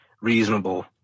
reasonable